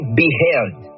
beheld